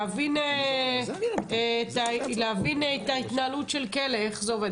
המטרה להבין את ההתנהלות של הכלא ואיך זה עובד.